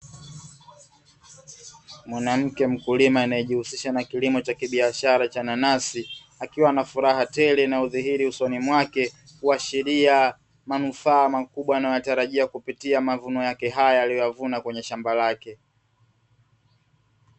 Mwanamke mkulima anaye jihusisha na kilimo cha kibiashara cha nanasi, akiwa na furaha tele inayodhihiri usoni mwake kuashiria manufaa makubwa anayoyatarajia kupitia mavuno yake haya aliyo yavuna kwenye shamba lake.